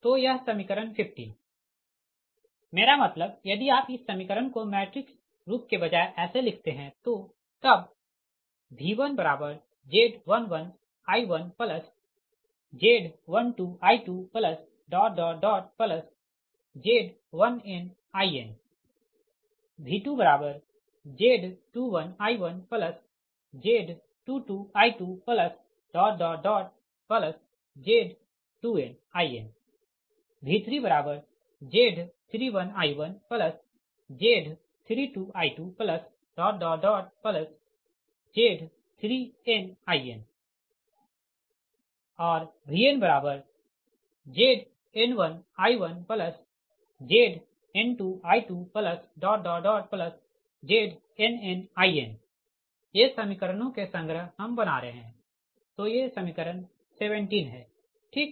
तो यह समीकरण 15 मेरा मतलब यदि आप इस समीकरण को मैट्रिक्स रूप के बजाय ऐसे लिखते है तो तब V1Z11I1Z12I2Z1nInV2Z21I1Z22I2Z2nIn V3Z31I1Z32I2Z3nInVnZn1I1Zn2I2ZnnIn ये समीकरणों के संग्रह हम बना रहे है तो यह समीकरण 17 है ठीक